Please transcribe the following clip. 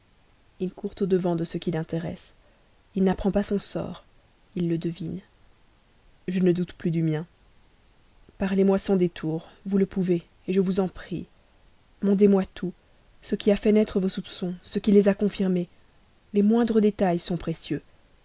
il court au-devant de tout ce qui l'intéresse il n'apprend pas son sort il le devine je ne doute plus du mien parlez-moi sans détour vous le pouvez je vous prie mandez-moi tout ce qui a fait naître vos soupçons ce qui les a confirmés les moindres détails sont précieux